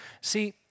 See